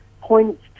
points